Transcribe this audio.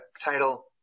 title